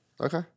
Okay